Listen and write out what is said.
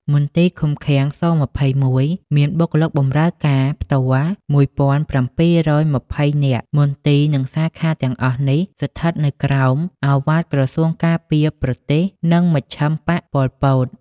មន្ទីរឃុំឃាំង ស-២១ មានបុគ្គលិកបម្រើការផ្ទាល់ និងប្រយោលប្រមាណ១៧២០នាក់ មន្ទីរ និងសាខាទាំងអស់នេះ ស្ថិតនៅក្រោមឪវាទក្រសួងការពារប្រទេស និងមជ្ឈឹមបក្ស ប៉ុលពត។